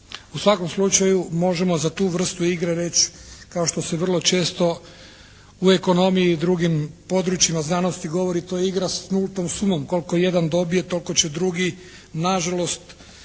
U svakom slučaju možemo za tu vrstu igre reći kao što se vrlo često u ekonomiji i drugim područjima znanosti govori to je igra s nultom sumom, koliko jedan dobije, toliko će drugi na žalost